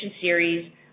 series